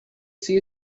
see